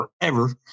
forever